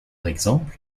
exemple